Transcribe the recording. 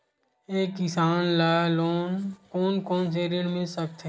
एक किसान ल कोन कोन से ऋण मिल सकथे?